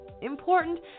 Important